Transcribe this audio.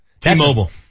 T-Mobile